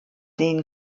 sehen